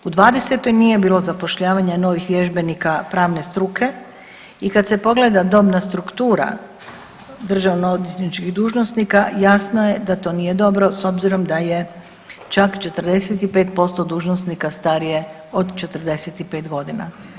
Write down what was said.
U '20.-toj nije bilo zapošljavanja novih vježbenika pravne struke i kad se pogleda dobna struktura državno odvjetničkih dužnosnika jasno je da to nije dobro s obzirom da je čak 45% dužnosnika starije od 45 godina.